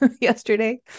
yesterday